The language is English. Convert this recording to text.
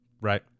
right